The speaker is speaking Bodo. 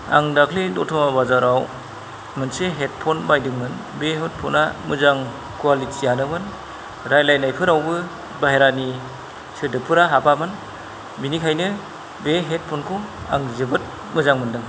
आं दाख्लै दतमा बाजाराव मोनसे हेडफन बायदोंमोन बे हेडफना मोजां कुवालिटि यानोमोन रायलायनायफोरावबो बाहेरानि सोदोबफोरा हाबामोन बिनिखायनो बे हेडफन खौ आं जोबोद मोजां मोनदों